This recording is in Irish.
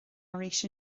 arís